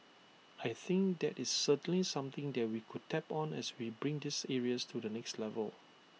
I think that is certainly something that we could tap on as we bring these areas to the next level